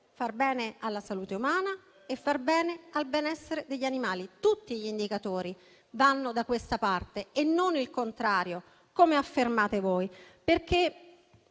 all'ambiente, alla salute umana e al benessere degli animali; tutti gli indicatori vanno da questa parte e non il contrario, come affermate voi. Vedete,